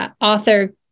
author